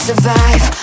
Survive